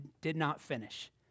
did-not-finish